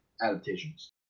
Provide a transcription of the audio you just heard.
adaptations